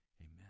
Amen